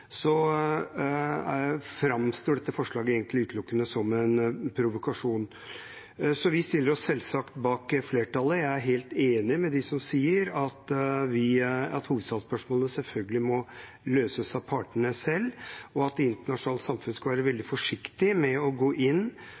framstår dette forslaget egentlig utelukkende som en provokasjon, så vi stiller oss selvsagt bak flertallet. Jeg er helt enig med dem som sier at hovedstadsspørsmålet selvfølgelig må løses av partene selv, og at det internasjonale samfunnet skal være veldig forsiktig med å gå inn